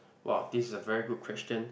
!wah! this is a very good question